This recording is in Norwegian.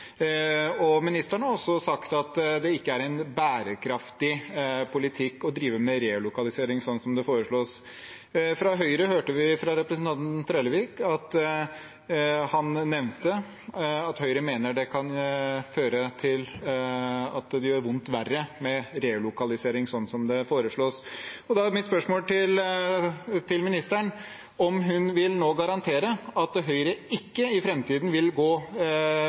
saken. Ministeren har også sagt at det ikke er en bærekraftig politikk å drive med relokalisering sånn som det foreslås. Fra Høyre hørte vi representanten Trellevik nevne at Høyre mener det kan føre til at det gjør vondt verre med relokalisering sånn som det foreslås. Da er mitt spørsmål til ministeren om hun nå vil garantere at Høyre ikke i framtiden vil gå